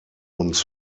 uns